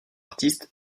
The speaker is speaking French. artiste